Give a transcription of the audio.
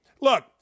look